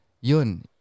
yun